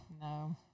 No